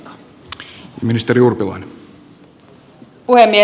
arvoisa puhemies